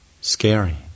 scary